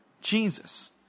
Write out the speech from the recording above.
Jesus